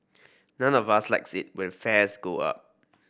none of us likes it when fares go up